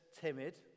timid